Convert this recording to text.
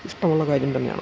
ഇഷ്ടമുള്ള കാര്യം തന്നെയാണ്